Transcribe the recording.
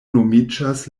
nomiĝas